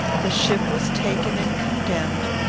the ship was taken and condemned,